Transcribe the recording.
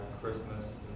Christmas